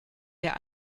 der